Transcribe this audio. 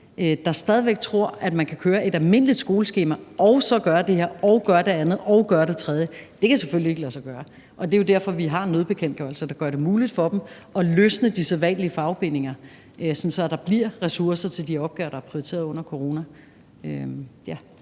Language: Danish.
der stadig væk tror, at de både kan køre et almindeligt skoleskema og så gøre det ene og gøre det andet og gøre det tredje. Det er jo derfor, vi har nødbekendtgørelser, der gør det muligt for dem at løsne de sædvanlige fagbindingerne, sådan at der bliver ressourcer til de opgaver, der er prioriteret under corona.